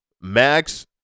Max